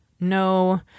No